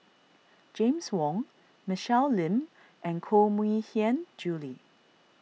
James Wong Michelle Lim and Koh Mui Hiang Julie